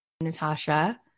Natasha